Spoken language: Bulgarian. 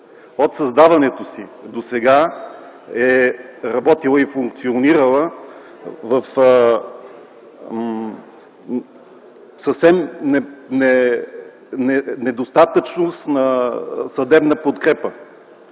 от създаването си досега е работила и е функционирала в недостатъчност на съдебна подкрепа.